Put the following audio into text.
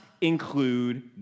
include